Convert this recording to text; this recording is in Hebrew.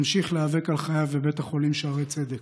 ממשיך להיאבק על חייו בבית החולים שערי צדק.